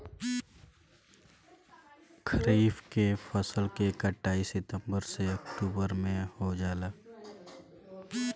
खरीफ के फसल के कटाई सितंबर से ओक्टुबर में हो जाला